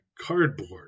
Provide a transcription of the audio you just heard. cardboard